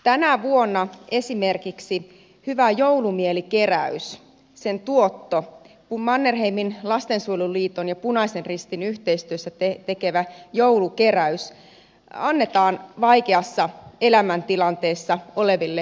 tänä vuonna esimerkiksi hyvä joulumieli keräyksen tuotto mannerheimin lastensuojeluliiton ja punaisen ristin yhteistyössä tekemä joulukeräys annetaan vaikeassa elämäntilanteessa oleville lapsiperheille